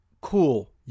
cool